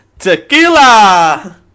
TEQUILA